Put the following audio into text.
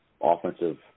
offensive